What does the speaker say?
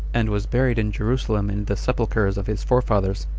and was buried in jerusalem in the sepulchers of his forefathers.